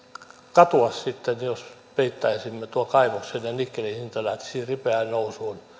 katua sitten jos peittäisimme tuon kaivoksen ja nikkelin hinta lähtisi ripeään nousuun